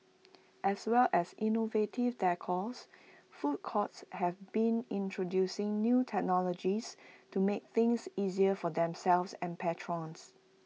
as well as innovative decors food courts have been introducing new technologies to make things easier for themselves and patrons